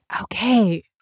Okay